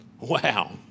Wow